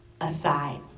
aside